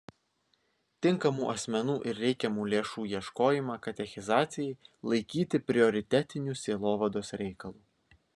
tinkamų asmenų ir reikiamų lėšų ieškojimą katechizacijai laikyti prioritetiniu sielovados reikalu